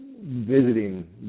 visiting